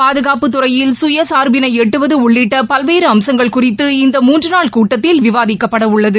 பாதுகாப்புத்துறையில் சுயசா்பினை எட்டுவது உள்ளிட்ட பல்வேறு அம்சங்கள் குறிதது இந்த மூன்று நாள் கூட்டத்தில் விவாதிக்கப்பட உள்ளது